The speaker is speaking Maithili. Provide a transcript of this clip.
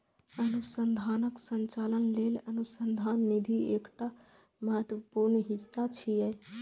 अनुसंधानक संचालन लेल अनुसंधान निधि एकटा महत्वपूर्ण हिस्सा छियै